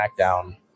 smackdown